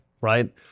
right